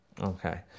Okay